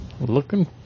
Looking